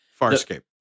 Farscape